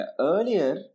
Earlier